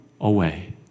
away